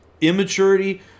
Immaturity